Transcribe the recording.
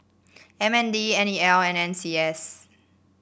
M N D N E L and N C S